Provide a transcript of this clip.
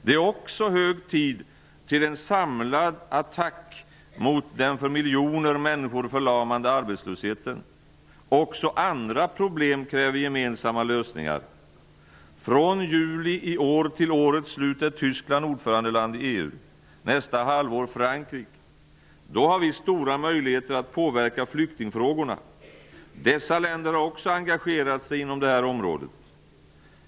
Det är också hög tid för en samlad attack mot den för miljoner människor förlamande arbetslösheten. Också andra problem kräver gemensamma lösningar. Från juli i år till årets slut är Tyskland ordförandeland i EU, nästa halvår är det Frankrike. Då har vi stora möjligheter att påverka flyktingfrågorna. Dessa länder har också engagerat sig inom det här området.